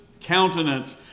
countenance